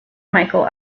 michael